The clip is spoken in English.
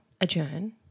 adjourn